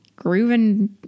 grooving